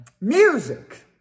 music